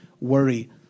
worry